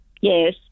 Yes